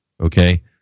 Okay